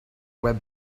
web